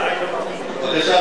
בבקשה, אדוני סגן השר.